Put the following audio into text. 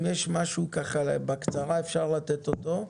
אם יש משהו בקצרה, אפשר לתת אותו.